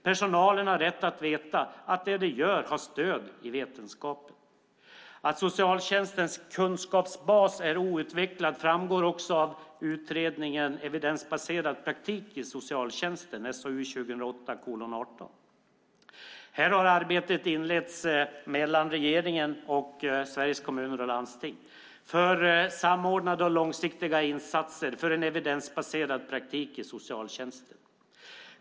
Personalen har rätt att veta att det de gör har stöd i vetenskapen. Att socialtjänstens kunskapsbas är outvecklad framgår också av utredningen Evidensbaserad praktik i socialtjänsten , SOU 2008:18. Här har regeringen inlett ett arbete med Sveriges Kommuner och Landsting för samordnade och långsiktiga insatser för en evidensbaserad praktik i socialtjänsten.